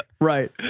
right